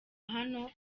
hano